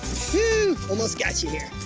ooh, almost got you there.